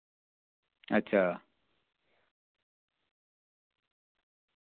अच्छा